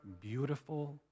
beautiful